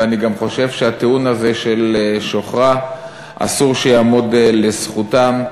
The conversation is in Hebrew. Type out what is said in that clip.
ואני גם חושב שהטיעון של שוכרה אסור שיעמוד לזכותם,